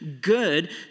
good